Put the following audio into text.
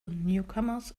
newcomers